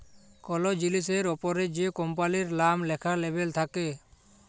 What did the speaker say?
call জিলিসের অপরে যে কম্পালির লাম ল্যাখা লেবেল থাক্যে